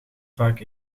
vaak